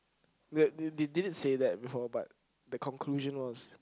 that did did did you say that before but the conclusion was